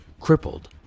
crippled